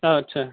आच्चा